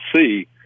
see